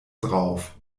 drauf